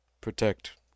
protect